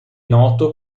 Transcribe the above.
noto